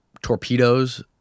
torpedoes